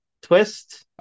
twist